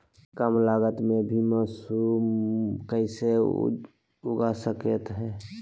कम लगत मे भी मासूम कैसे उगा स्केट है?